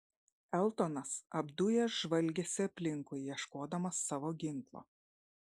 eltonas apdujęs žvalgėsi aplinkui ieškodamas savo ginklo